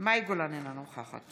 מאי גולן, אינה נוכחת